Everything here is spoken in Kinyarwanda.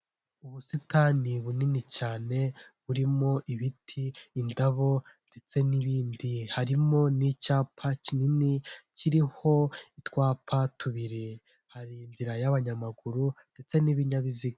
Umugabo n'umudamu bari mu nama, aho bari kuganira ku ngingo zimwe na zimwe, aho imbere yabo hari mikoro, byumvikana ko bari kuganiza abandi bantu ku ngingo zimwe na zimwe.